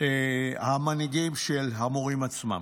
של המנהיגים של המורים עצמם.